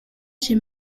chez